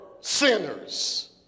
sinners